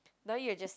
now you're just